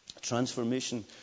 transformation